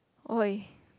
oi